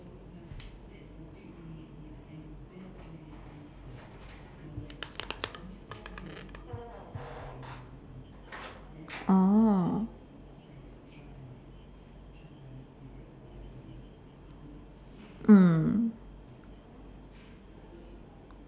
oh mm